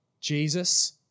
Jesus